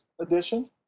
edition